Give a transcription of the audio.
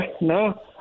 no